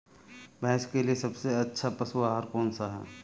भैंस के लिए सबसे अच्छा पशु आहार कौनसा है?